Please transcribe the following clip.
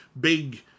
big